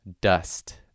dust